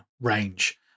range